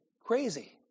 crazy